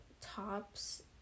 tops